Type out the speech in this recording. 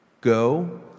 Go